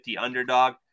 underdog